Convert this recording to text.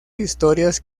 historias